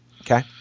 Okay